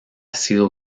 sido